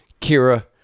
Kira